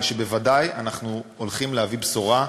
אבל בוודאי אנחנו הולכים להביא בשורה,